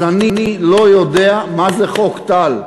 אז אני לא יודע מה זה חוק טל.